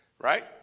right